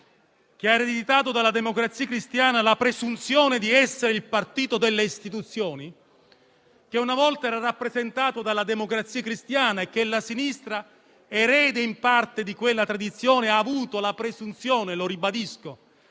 che ha ereditato dalla Democrazia Cristiana la presunzione di essere il partito delle istituzioni, che una volta era rappresentato, appunto, dalla Democrazia Cristiana, alla sinistra, erede in parte di quella tradizione, che ha avuto la presunzione di